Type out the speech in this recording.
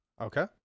Okay